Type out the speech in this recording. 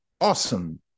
awesome